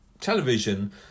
television